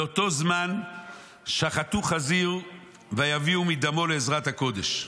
באותו זמן שחטו חזיר ויביאו מדמו לעזרת הקודש.